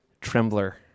trembler